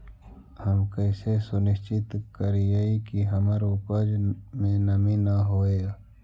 हम कैसे सुनिश्चित करिअई कि हमर उपज में नमी न होय?